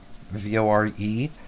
v-o-r-e